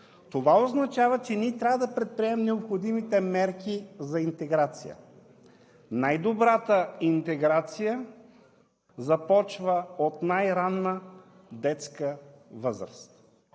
това означава, че ние трябва да предприемем необходимите мерки за интеграция. Най-добрата интеграция започва от най-ранна детска възраст.